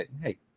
hey